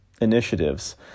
initiatives